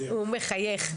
הוא מחייך,